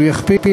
הוא יכפיל: